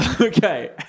Okay